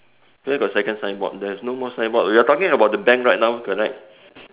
where got second signboard there is no more signboard we are talking about the bank right now correct